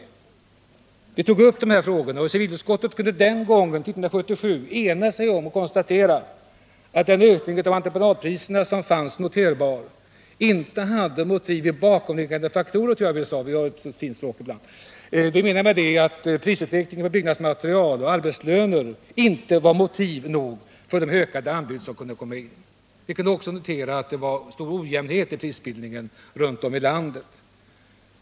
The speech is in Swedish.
Vi tog upp dessa frågor 1977, och civilutskottet kunde den gången enas om att konstatera att den ökning av entreprenadpriserna som var noterbar inte hade motiv i bakomliggande faktorer, tror jag att vi sade — vi har ett så fint språk ibland. Med det menades att prisutvecklingen i fråga om byggnadsmaterial och arbetslöner inte var motiv nog för de förhöjda anbudspriserna. Vi kunde också notera att det var stor ojämnhet i prisbildningen runt om i landet.